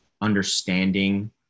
understanding